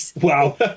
wow